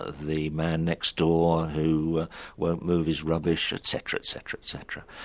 the man next door who won't move his rubbish etc, etc, etc.